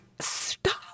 Stop